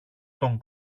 τον